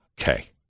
Okay